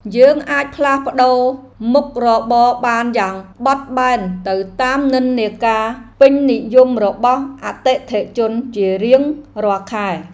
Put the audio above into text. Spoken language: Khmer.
យើងអាចផ្លាស់ប្តូរមុខរបរបានយ៉ាងបត់បែនទៅតាមនិន្នាការពេញនិយមរបស់អតិថិជនជារៀងរាល់ខែ។